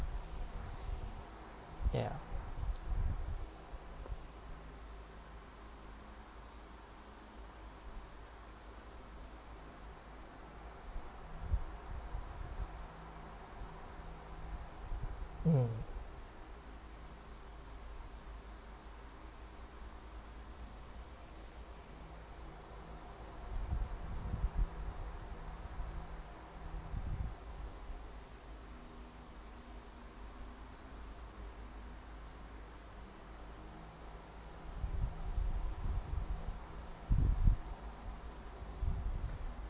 ya mm